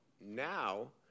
now